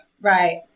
Right